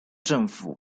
政府